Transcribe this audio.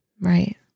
Right